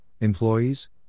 employees